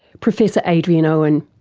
professor adrian owen.